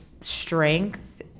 strength